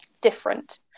different